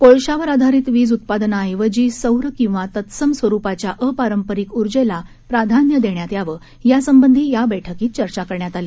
कोळशावर आधारित वीज उत्पादनाऐवजी सौर किंवा तत्सम स्वरुपाच्या अपारंपरिक ऊर्जेला प्राधान्य देण्यात यावं या संबंधी या बळ्कीत चर्चा करण्यात आली